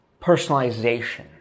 personalization